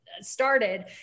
started